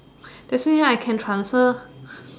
that's mean I can transfer